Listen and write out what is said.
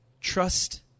trust